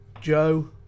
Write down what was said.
Joe